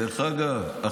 דרך אגב,